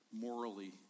morally